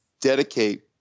dedicate